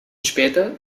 später